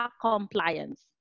compliance